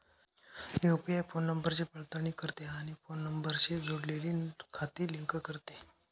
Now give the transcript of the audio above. UPI phone नंबरची पडताळणी करते आणि फोन नंबरशी जोडलेली खाती लिंक करते